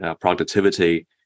productivity